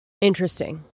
interesting